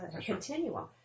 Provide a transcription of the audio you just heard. continuum